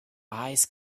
eyes